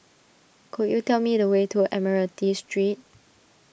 could you tell me the way to Admiralty Street